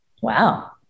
Wow